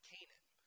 Canaan